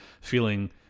feeling